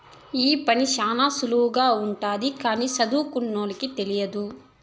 ఈ పని శ్యానా సులువుగానే ఉంటది కానీ సదువుకోనోళ్ళకి తెలియదు